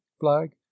flag